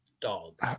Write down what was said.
dog